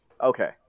Okay